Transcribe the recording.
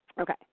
okay